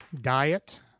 diet